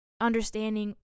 understanding